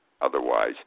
otherwise